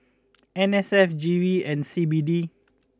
N S F G V and C B D